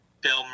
Bill